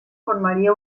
formaría